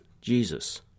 Jesus